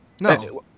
No